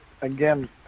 again